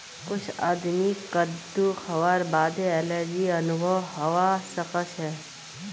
कुछ आदमीक कद्दू खावार बादे एलर्जी अनुभव हवा सक छे